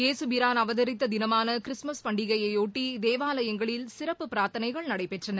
ஏசுபிரான் அவதரித்த தினமாக கிறிஸ்துமஸ் பண்டிகையைபொட்டி தேவாலயங்களில் சிறப்பு பிரார்த்தனைகள் நடைபெற்றன